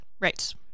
right